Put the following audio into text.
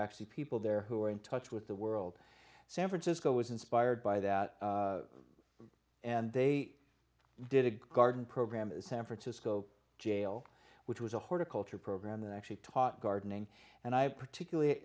actually people there who are in touch with the world san francisco was inspired by that and they did a garden program at san francisco jail which was a horticulture program that actually taught gardening and i particularly